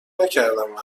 نکردم